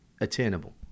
attainable